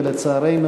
ולצערנו